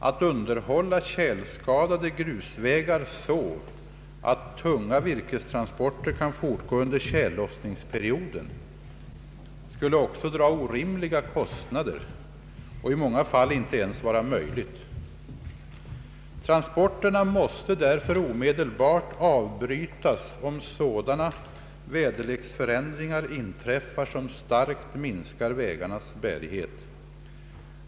Att underhålla tjälskadade grusvägar så att tunga virkestransporter kan fortgå under tjällossningsperioden skulle också dra orimliga kostnader och i många fall inte ens vara möjligt. Transporterna måste därför omedelbart avbrytas om sådana väderleksförändringar inträffar som starkt minskar vägarnas bärighet.